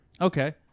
Okay